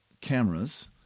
cameras